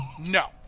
No